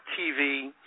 TV